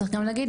צריך גם להגיד,